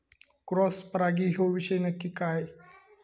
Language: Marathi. क्रॉस परागी ह्यो विषय नक्की काय?